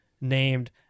named